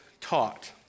taught